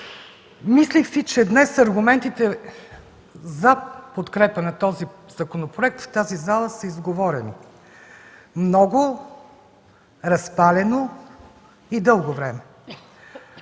Мислех си, че аргументите днес за подкрепа на този законопроект в тази зала са изговорени, много разпалено и дълго време.